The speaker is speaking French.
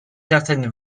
certaine